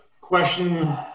question